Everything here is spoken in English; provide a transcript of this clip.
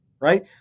right